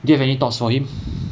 do you have any thoughts for him